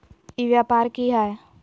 ई व्यापार की हाय?